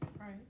Right